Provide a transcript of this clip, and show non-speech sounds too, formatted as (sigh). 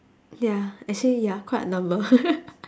ya actually ya quite a number (laughs)